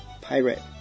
pirate